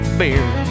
beer